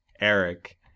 Eric